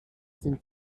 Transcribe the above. sind